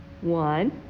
One